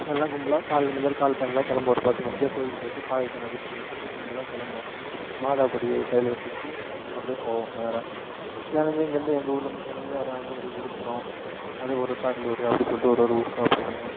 எல்லாம் கும்பலாக காலையில் இந்த மாதிரி காலை டைமில் கிளம்புவோம் ஒரு பத்து மணிக்கா கோவிக்கு போயிட்டு ஃபாதர்கிட்ட மந்திரிச்சிக்கிட்டு அப்டி கும்பலாக கிளம்புவோம் மாதா கொடி இருக்குது கையில் எடுத்துக்கிட்டு அப்டி போவோம் நேராக கிளம்பி இங்கேருந்து எங்கள் ஊர்லேர்ந்து கிளம்பி அப்டி அணையேறி விழுப்புரம் அப்டி ஒரு கடலூர் அப்டி சொல்லிட்டு ஒரு ஒரு ஊருக்கா போவோம்